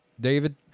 David